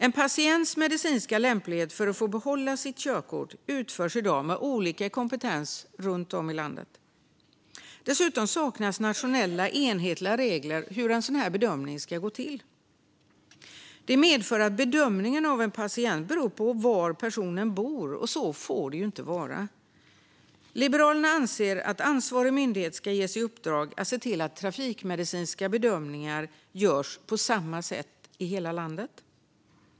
En patients medicinska lämplighet att få behålla sitt körkort testas i dag med olika kompetens runt om i landet. Dessutom saknas enhetliga nationella regler för hur en sådan bedömning ska gå till. Det medför att bedömningen av en patient beror på var personen bor. Så får det inte vara. Liberalerna anser att ansvarig myndighet ska ges i uppdrag att se till att trafikmedicinska bedömningar görs på samma sätt i hela landet.